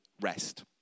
rest